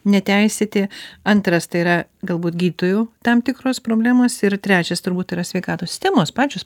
neteisėti antras tai yra galbūt gydytojų tam tikros problemos ir trečias turbūt yra sveikatos sistemos pačios